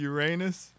Uranus